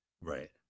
right